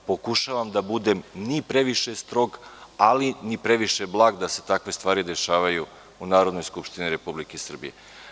Pokušavam da budem ni previše strog, ali ni previše blag da se takve stvari dešavaju u Narodnoj skupštini Republike Srbije.